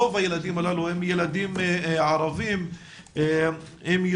רוב הילדים הללו הם ילדים ערבים כאשר מתוך ה-120,000-100,000